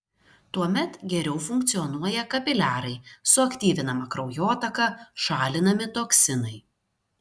tuomet geriau funkcionuoja kapiliarai suaktyvinama kraujotaka šalinami toksinai